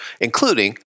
including